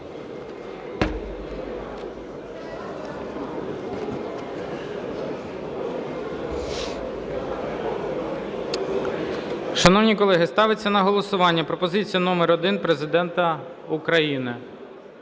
Шановні колеги, ставиться на голосування пропозиція номер 1 Президента України